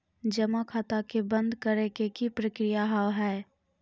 जमा खाता के बंद करे के की प्रक्रिया हाव हाय?